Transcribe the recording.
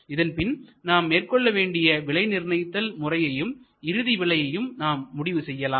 இதன்பின் நாம் மேற்கொள்ளவேண்டிய விலை நிர்ணயித்தல் முறையையும் இறுதி விலையையும் நாம் முடிவு செய்யலாம்